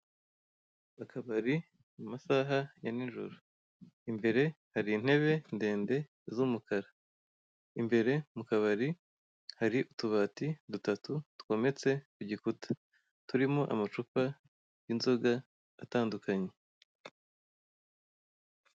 Akabari mu masaha ya ninjoro, imbere hari intebe ndende z'umukara, imbere mu kabari hari utubati dutatu twometse ku gikuta turimo amacupa y'inzoga atandukanye.